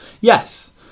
Yes